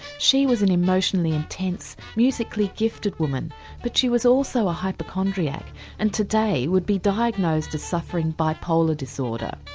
she was an emotionally intense, musically gifted woman but she was also a hypochondriac and today would be diagnosed as suffering bipolar disorder.